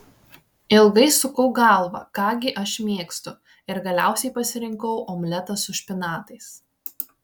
ilgai sukau galvą ką gi aš mėgstu ir galiausiai pasirinkau omletą su špinatais